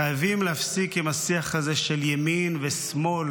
חייבים להפסיק עם השיח הזה של ימין ושמאל.